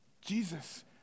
Jesus